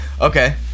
Okay